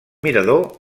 mirador